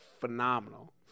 phenomenal